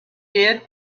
did